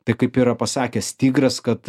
tai kaip yra pasakęs tigras kad